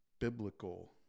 biblical